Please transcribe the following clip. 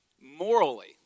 morally